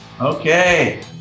okay